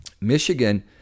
Michigan